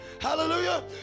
Hallelujah